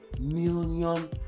million